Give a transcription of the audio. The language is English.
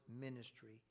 ministry